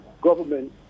government